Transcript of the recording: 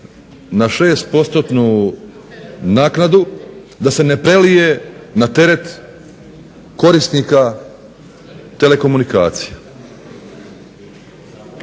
da ovaj 6%-nu naknadu da se ne prelije na teret korisnika telekomunikacija.